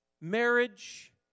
marriage